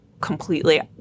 completely